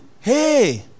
hey